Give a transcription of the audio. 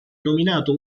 nominato